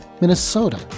Minnesota